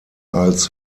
als